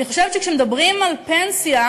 אני חושבת שכאשר מדברים על פנסיה,